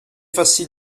facile